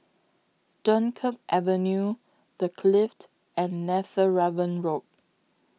Dunkirk Avenue The Clift and Netheravon Road